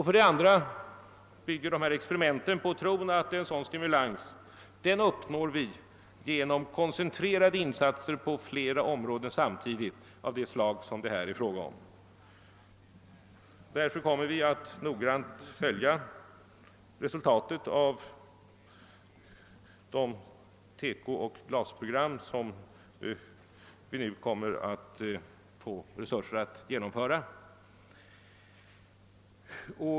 För det andra bygger experimenten på tron att vi uppnår en sådan stimulans genom koncentrerade insatser på flera områden samtidigt av det slag som det är fråga om här. Därför kommer vi att noggrant följa resultatet av de TEKO och glasprogram som vi nu kommer att få resurser att genomföra.